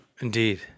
Indeed